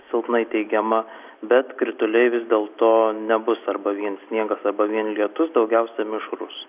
silpnai teigiama bet krituliai vis dėl to nebus arba vien sniegas arba vien lietus daugiausia mišrūs